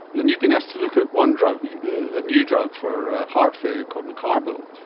and you've been asked to look at one drug, the new drug for heart failure called mecarbil.